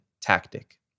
tactic